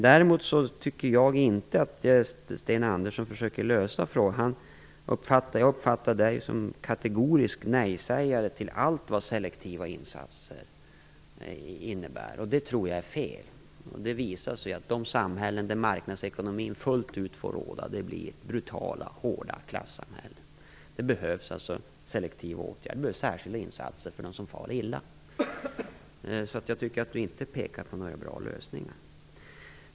Däremot tycker jag inte att Sten Andersson är med och försöker lösa detta. Jag uppfattar honom som en kategorisk nej-sägare till allt som innebär selektiva insatser. Det tror jag är fel. Det har visat sig att de samhällen där marknadsekonomin fullt ut får råda blir brutala, hårda klassamhällen. Det behövs selektiva åtgärder. Det behövs särskilda insatser för dem som far illa. Jag tycker alltså inte att Sten Andersson pekar på några bra lösningar.